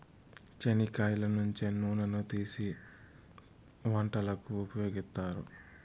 చెనిక్కాయల నుంచి నూనెను తీసీ వంటలకు ఉపయోగిత్తారు